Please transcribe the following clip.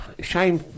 shame